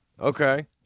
Okay